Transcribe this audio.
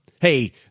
Hey